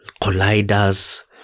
colliders